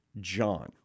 John